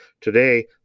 Today